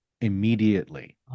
immediately